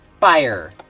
fire